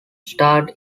starred